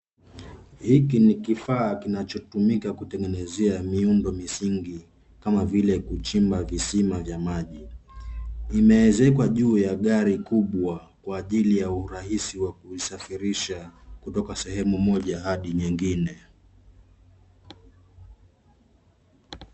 Hiki ni kifaa kinacho tumika kutengenezea miundo misingi kama vile kuchimba visima vya maji, imeezekwa juu ya gari kubwa kwa ajili ya urahisi wa kusafirisha kutoka sehemu moja hadi nyingine.